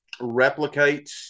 replicates